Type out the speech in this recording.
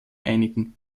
einigen